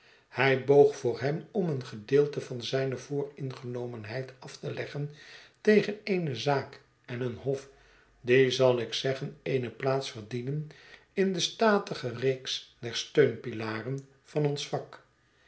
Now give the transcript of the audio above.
hij boog voor hem om een gedeelte van zijne vooringenomenheid af te leggen tegen eene zaak en een hof die zal ik zeggen eene plaats verdienen in de statige reeks der steunpilaren van ons vak